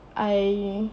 I